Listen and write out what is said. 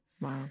Wow